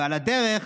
ועל הדרך